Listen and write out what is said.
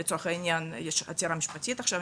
לצורך העניין, יש עתירה משפטית עכשיו.